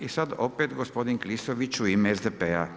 I sad opet gospodin Klisović u ime SDP-a.